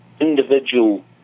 individual